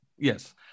Yes